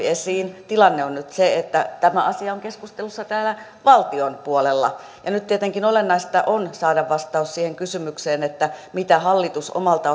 esiin tilanne on nyt se että tämä asia on keskustelussa täällä valtion puolella ja nyt tietenkin olennaista on saada vastaus siihen kysymykseen että mitä hallitus omalta